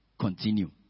continue